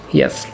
yes